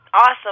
awesome